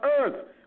earth